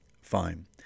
Fine